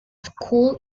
school